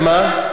על מה?